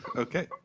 okay.